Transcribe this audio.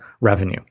revenue